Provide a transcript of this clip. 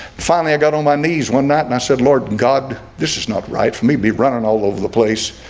finally i got on my knees one night and i said lord god this is not right for me to be running all over the place.